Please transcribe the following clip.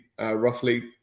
roughly